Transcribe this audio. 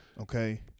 Okay